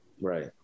Right